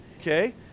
Okay